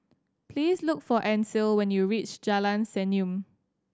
please look for Ancil when you reach Jalan Senyum